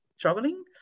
traveling